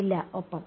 ഇല്ല ഒപ്പം